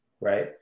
right